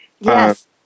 Yes